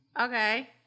Okay